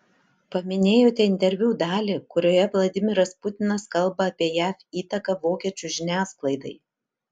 paminėjote interviu dalį kurioje vladimiras putinas kalba apie jav įtaką vokiečių žiniasklaidai